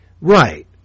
right